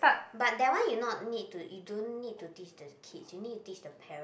but that one you not need to you don't need to teach the kids you need to teach the parent